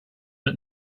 but